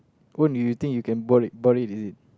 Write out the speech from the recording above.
what do you think you can bought it bought it is it